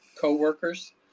co-workers